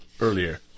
Earlier